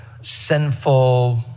sinful